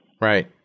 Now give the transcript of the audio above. Right